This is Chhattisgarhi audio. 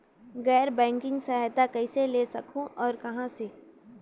गैर बैंकिंग सहायता कइसे ले सकहुं और कहाँ से?